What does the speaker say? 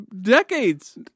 decades